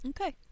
Okay